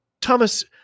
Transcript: Thomas